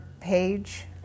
page